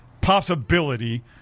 possibility